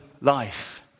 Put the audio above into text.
life